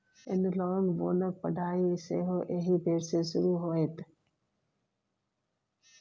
एनलॉग बोनक पढ़ाई सेहो एहि बेर सँ शुरू होएत